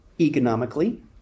economically